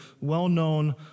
well-known